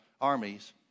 armies